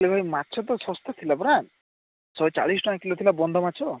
ଇରେ ଭାଇ ମାଛ ତ ଶସ୍ତା ଥିଲା ପରା ଶହେ ଚାଳିଶ ଟଙ୍କା କିଲୋ ଥିଲା ବନ୍ଧ ମାଛ